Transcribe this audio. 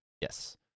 Yes